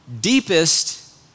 deepest